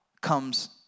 comes